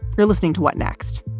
you're listening to what next?